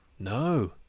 No